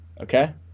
Okay